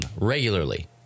regularly